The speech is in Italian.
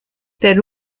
per